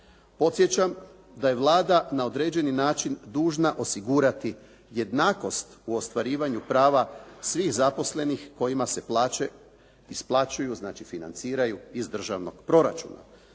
Podsjećam da je Vlada na određeni način dužna osigurati jednakost u ostvarivanju prava svih zaposlenih kojima se plaće isplaćuju, znači financiraju iz državnog proračuna.